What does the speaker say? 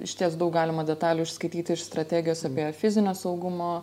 išties daug galima detalių išskaityti iš strategijos apie fizinio saugumo